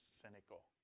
cynical